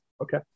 Okay